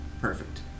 Perfect